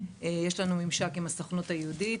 יש לנו ממשק עם הסוכנות היהודית,